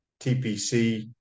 TPC